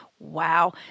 wow